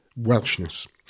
Welshness